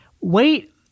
Wait